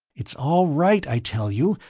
it's all right, i tell you.